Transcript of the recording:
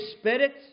spirit